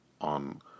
On